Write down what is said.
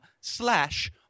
slash